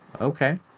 okay